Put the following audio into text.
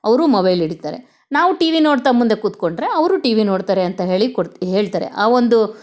ಅವರೂ ಮೊಬೈಲ್ ಹಿಡೀತಾರೆ ನಾವು ಟಿ ವಿ ನೋಡ್ತಾ ಮುಂದೆ ಕೂತ್ಕೊಂಡರೆ ಅವರೂ ಟಿ ವಿ ನೋಡ್ತಾರೆ ಅಂತ ಹೇಳಿ ಕೊಡು ಹೇಳ್ತಾರೆ ಆ ಒಂದು